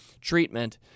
treatment